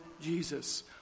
Jesus